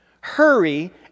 hurry